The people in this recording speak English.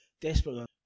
desperate